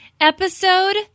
episode